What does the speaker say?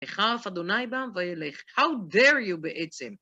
ויחר אף אדוני בם וילך. How dare you, בעצם?